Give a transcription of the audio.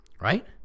right